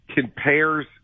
compares